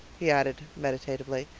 he added meditatively,